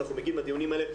כשאנחנו מגיעים לדיונים האלה,